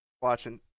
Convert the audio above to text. watching